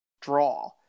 draw